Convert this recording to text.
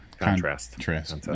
Contrast